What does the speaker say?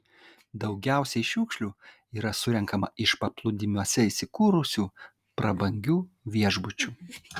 daugiausiai šiukšlių yra surenkama iš paplūdimiuose įsikūrusių prabangių viešbučių